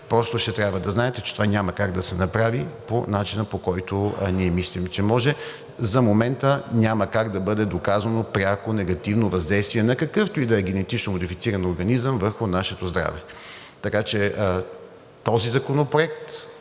просто ще трябва да знаем, че това няма как да се направи по начина, по който ние мислим, че може. За момента няма как да бъде доказано пряко негативно въздействие на какъвто и да е генетично модифициран организъм върху нашето здраве. Така че този законопроект